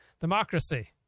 democracy